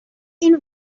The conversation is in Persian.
این